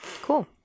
Cool